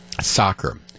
soccer